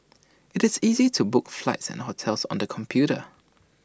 IT is easy to book flights and hotels on the computer